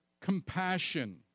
compassion